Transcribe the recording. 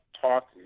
talk